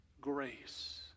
grace